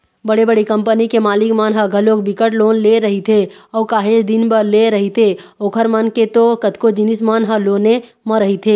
बड़े बड़े कंपनी के मालिक मन ह घलोक बिकट लोन ले रहिथे अऊ काहेच दिन बर लेय रहिथे ओखर मन के तो कतको जिनिस मन ह लोने म रहिथे